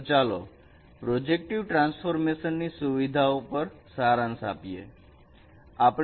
તો ચાલો projective transformation ની સુવિધાઓ પર સારાંશ આપીશું આપીએ